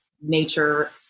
nature